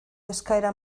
eskaera